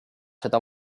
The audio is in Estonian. seda